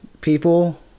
people